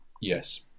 Yes